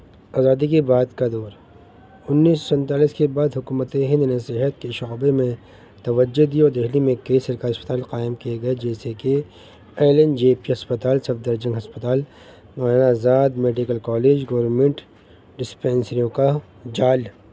آزادی کے بعاد کا دور انیس سو سنتالیس کے بعد حکومت ہند نے صحت کے شعبے میں توجہ دی اور دہلی میں کئی سرکاری اسپتال قائم کیے گئے جیسے کہ ایل این جے پی اسسپتال سب درجنگ اسسپتال نائن آزاد میڈیکل کالج گورنمنٹ ڈسپینسریوں کا جال